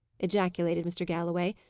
ejaculated mr. galloway,